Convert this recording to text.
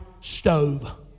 stove